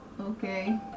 Okay